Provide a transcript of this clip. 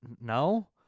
No